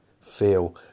feel